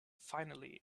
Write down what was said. finally